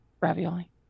ravioli